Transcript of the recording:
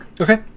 Okay